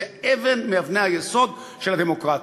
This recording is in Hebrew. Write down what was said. זו אבן מאבני היסוד של הדמוקרטיה.